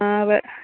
ആ അതെ